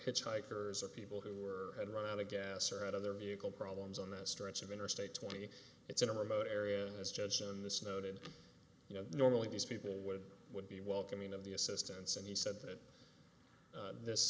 hitchhiker's or people who were had run out of gas or had other vehicle problems on that stretch of interstate twenty it's in a remote area as judge and this noted you know normally these people would would be welcoming of the assistance and he said that this